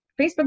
Facebook